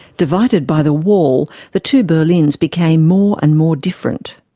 divided by the wall, the two berlins became more and more different.